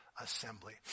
assembly